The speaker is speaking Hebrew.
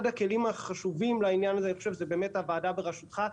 אחד הכלים החשובים לעניין הזה זו הוועדה בראשותך,